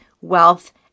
wealth